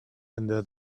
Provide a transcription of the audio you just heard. under